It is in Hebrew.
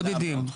בודדים.